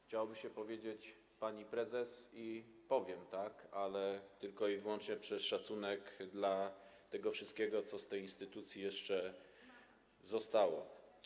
Chciałoby się powiedzieć: pani prezes, i powiem tak, ale tylko i wyłącznie przez szacunek dla tego wszystkiego, co z tej instytucji jeszcze zostało.